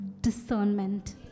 discernment